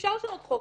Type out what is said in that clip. אפשר לשנות חוק,